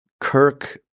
kirk